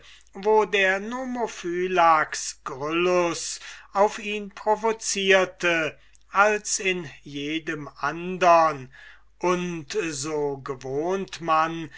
wo der nomophylax gryllus auf ihn provocierte als in jedem andern und so gewohnt man